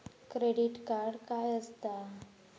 Credit card काय असता?